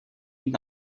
mít